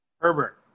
Herbert